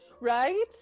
right